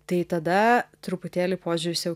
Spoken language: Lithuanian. tai tada truputėlį požiūris jau